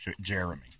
Jeremy